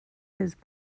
his